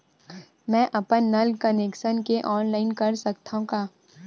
मैं अपन नल कनेक्शन के ऑनलाइन कर सकथव का?